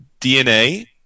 DNA